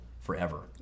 forever